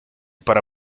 para